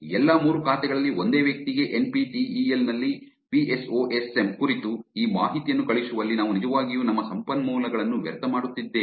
ಎಲ್ಲಾ ಮೂರು ಖಾತೆಗಳಲ್ಲಿ ಒಂದೇ ವ್ಯಕ್ತಿಗೆ N P T E L ನಲ್ಲಿ PSOSM ಉಲ್ಲೇಖಿತ ಸಮಯ 0547 ಕುರಿತು ಈ ಮಾಹಿತಿಯನ್ನು ಕಳುಹಿಸುವಲ್ಲಿ ನಾವು ನಿಜವಾಗಿಯೂ ನಮ್ಮ ಸಂಪನ್ಮೂಲಗಳನ್ನು ವ್ಯರ್ಥ ಮಾಡುತ್ತಿದ್ದೇವೆ